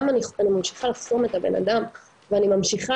גם אם אני ממשיכה לחסום את הבנאדם אני ממשיכה